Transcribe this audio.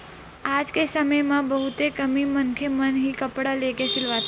आज के समे म बहुते कमती मनखे मन ही कपड़ा लेके सिलवाथे